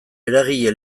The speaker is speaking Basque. eragile